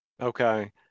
Okay